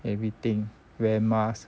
everything wear mask